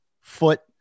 foot